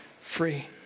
free